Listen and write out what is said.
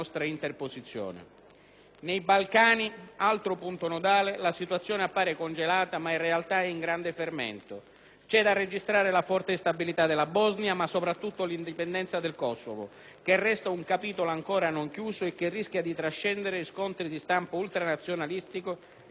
Nei Balcani, altro punto nodale, la situazione appare congelata, ma in realtà è in grande fermento. C'è da registrare la forte instabilità della Bosnia, ma soprattutto l'indipendenza del Kosovo, che resta un capitolo ancora non chiuso e che rischia di trascendere in scontri di stampo ultranazionalistico, etnico e religioso.